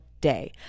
day